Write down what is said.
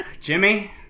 Jimmy